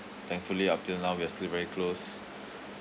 thankfully up till now we are still very close